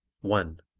one